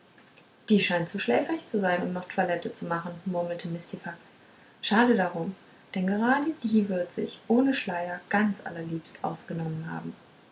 die scheint zu schläfrig zu sein um noch toilette zu machen murmelte mistifax schade darum denn gerade die würde sich ohne schleier ganz aller liebst ausgenommen haben